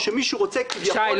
או שמישהו רוצה כביכול --- שי,